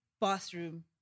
bathroom